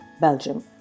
Belgium